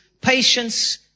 patience